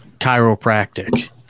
chiropractic